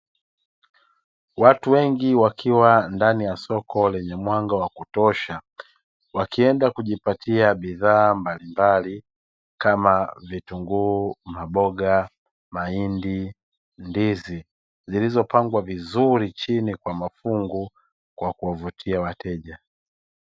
Watu wengi wakiwa ndani ya soko lenye mwanga wa kutosha wakienda kujipatia bidhaa mbalimbali kama vitunguu, mboga, mahindi, ndizi zilizopangwa vizuri chini kwa mafungu kwa kuwavutia wateja.